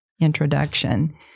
introduction